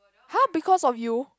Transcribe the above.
!huh! because of you